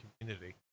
community